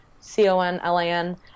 C-O-N-L-A-N